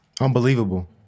unbelievable